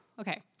okay